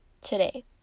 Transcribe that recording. today